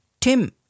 Tim